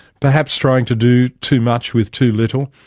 perhaps trying to do too much with too little.